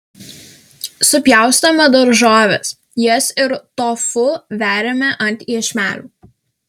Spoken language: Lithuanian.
supjaustome daržoves jas ir tofu veriame ant iešmelių